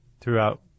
throughout